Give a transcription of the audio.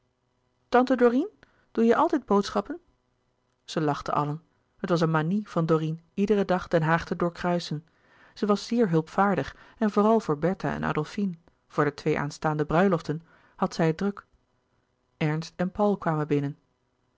tante dorine doe je altijd boodschappen zij lachten allen het was een manie van dorine iederen dag den haag te doorkruisen zij was zeer hulpvaardig en vooral voor bertha en adolfine voor de twee aanstaande bruiloften had zij het druk ernst en paul kwamen binnen